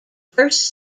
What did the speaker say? first